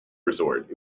resort